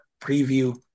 preview